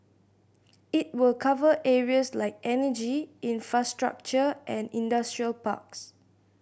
it will cover areas like energy infrastructure and industrial parks